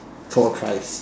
for a price